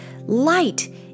Light